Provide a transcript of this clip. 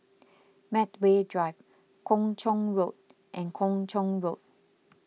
Medway Drive Kung Chong Road and Kung Chong Road